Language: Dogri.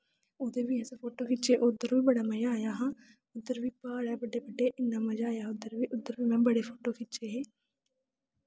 ओह्दे बी असें फोटो खिच्चे उद्धर बी बड़ा मजा आया हा उद्धर बी प्हाड़ ऐ बड्डे बड्डे इन्ना मजा आया हा उद्धर बी उद्धर बी में बड़े फोटो खिच्चे हे